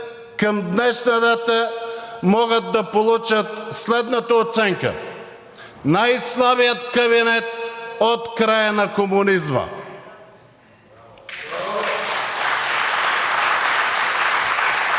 към днешна дата могат да получат следната оценка: най-слабият кабинет от края на комунизма.